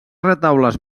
retaules